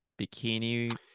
bikini